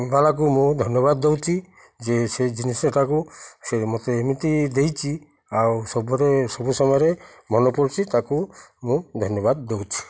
ବାଲାକୁ ମୁଁ ଧନ୍ୟବାଦ ଦଉଛି ଯେ ସେ ଜିନିଷଟାକୁ ସେ ମୋତେ ଏମିତି ଦେଇଛି ଆଉ ସବୁରେ ସବୁ ସମୟରେ ମନେ ପଡ଼ୁଛି ତାକୁ ମୁଁ ଧନ୍ୟବାଦ ଦଉଛି